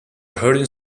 heard